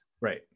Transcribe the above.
Right